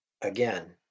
Again